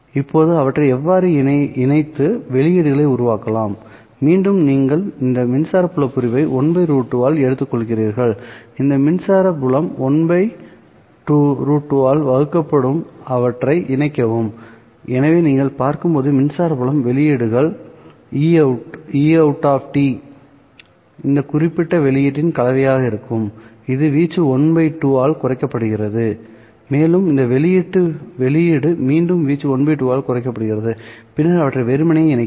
இப்போது அவற்றை எவ்வாறு இணைத்து வெளியீடுகளை உருவாக்கலாம்மீண்டும் நீங்கள் இந்த மின்சார புலப் பிரிவை 1√2 ஆல் எடுத்துக்கொள்கிறீர்கள்இந்த மின்சார புலம் 1 by2 ஆல் வகுக்கப்பட்டு அவற்றை இணைக்கவும்எனவே நீங்கள் பார்க்கும்போது மின்சார புலம் வெளியீடு Eout இந்த குறிப்பிட்ட வெளியீட்டின் கலவையாக இருக்கும் இது வீச்சு 1 by2 ஆல் குறைக்கப்படுகிறது மேலும் இந்த வெளியீடு மீண்டும் வீச்சு 1 2 ஆல் குறைக்கப்பட்டு பின்னர் அவற்றை வெறுமனே இணைக்கவும்